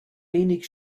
wenig